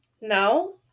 No